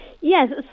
Yes